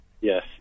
Yes